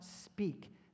speak